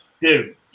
Dude